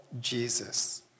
Jesus